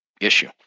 issue